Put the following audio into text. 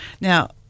Now